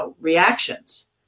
reactions